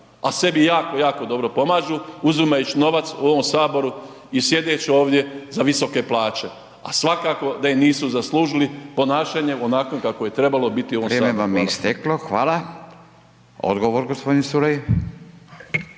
a sebi jako, jako dobro pomažu uzimajući novac u ovom saboru i sjedeći ovdje za visoke plaće, a svakako da ih nisu zaslužili ponašanjem onakvim kakvo je trebalo biti …/Upadica: